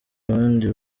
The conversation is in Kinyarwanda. abandi